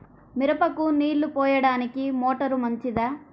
మిరపకు నీళ్ళు పోయడానికి మోటారు మంచిదా?